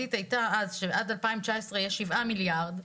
שהתחזית הייתה אז שעד 2019 יהיו 7 מיליארד,